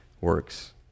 works